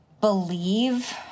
believe